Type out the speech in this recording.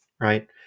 right